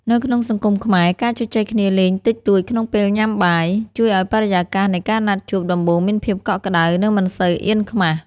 នៅក្នុងសង្គមខ្មែរ ការជជែកគ្នាលេងតិចតួចក្នុងពេលញ៉ាំបាយ ជួយឱ្យបរិយាកាសនៃការណាត់ជួបដំបូងមានភាពកក់ក្ដៅ និងមិនសូវអៀនខ្មាស។